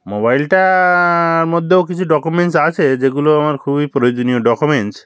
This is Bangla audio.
মোবাইলটার মধ্যেও কিছু ডকুমেন্টস আছে যেগুলো আমার খুবই প্রয়োজনীয় ডকুমেন্টস